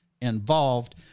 involved